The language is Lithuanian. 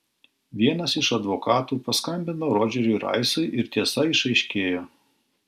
vienas iš advokatų paskambino rodžeriui raisui ir tiesa išaiškėjo